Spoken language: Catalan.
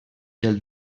del